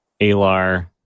Alar